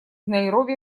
найроби